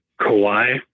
Kawhi